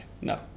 No